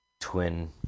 twin